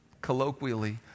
colloquially